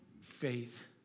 faith